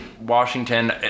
Washington